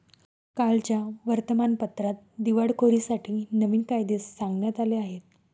कालच्या वर्तमानपत्रात दिवाळखोरीसाठी नवीन कायदे सांगण्यात आले आहेत